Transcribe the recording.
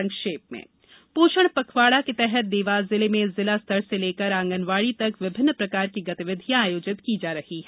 संक्षिप्त समाचार पोषण पखवाड़ा के तहत देवास जिले में जिला स्तर से लेकर आंगनवाड़ी तक विभिन्न प्रकार की गतिविधियां आयोजित की जा रही हैं